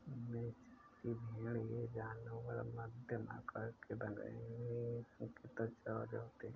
मेचेरी भेड़ ये जानवर मध्यम आकार के बैंगनी रंग की त्वचा वाले होते हैं